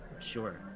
Sure